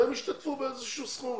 והם ישתתפו באיזה סכום,